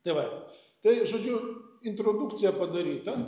tai va tai žodžiu introdukcija padaryta